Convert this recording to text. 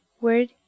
Word